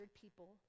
people